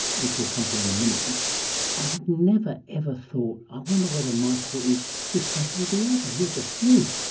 which we'll come to in a minute. but i'd never, ever thought, i wonder whether michael is this that or the other. you're just you.